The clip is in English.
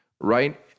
right